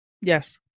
yes